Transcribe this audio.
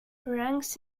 ranks